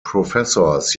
professors